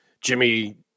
Jimmy